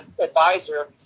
advisor